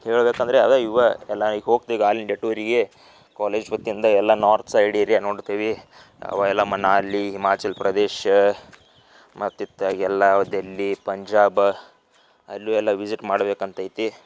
ಹೇಳಬೇಕಂದ್ರೆ ಅದೇ ಇವೇ ಎಲ್ಲ ಈಗ ಹೋಗ್ತೆ ಈಗ ಆಲ್ ಇಂಡಿಯ ಟೂರಿಗೇ ಕಾಲೇಜ್ ವತಿಯಿಂದ ಎಲ್ಲ ನಾರ್ತ್ ಸೈಡ್ ಏರಿಯ ನೋಡ್ತೇವೆ ಅವೆಲ್ಲ ಮನಾಲೀ ಹಿಮಾಚಲ್ ಪ್ರದೇಶ್ ಮತ್ತು ಇತ್ಲಾಗೆಲ್ಲ ದೆಲ್ಲಿ ಪಂಜಾಬ್ ಅಲ್ಲೂ ಎಲ್ಲ ವಿಝಿಟ್ ಮಾಡಬೇಕಂತ ಐತಿ